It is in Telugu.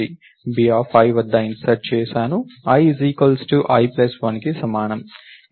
b i వద్ద ఇన్సర్ట్ చేసాను i i ప్లస్ 1కి సమానం